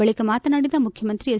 ಬಳಿಕ ಮಾತನಾಡಿದ ಮುಖ್ಯಮಂತ್ರಿ ಹೆಚ್